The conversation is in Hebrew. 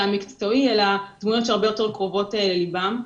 המקצועי אלא דמויות שהרבה יותר קרובות לליבם.